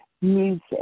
music